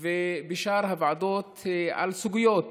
ובשאר הוועדות, בסוגיות